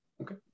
okay